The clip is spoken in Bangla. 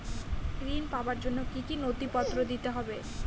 ঋণ পাবার জন্য কি কী নথিপত্র দিতে হবে?